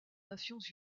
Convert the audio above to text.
nations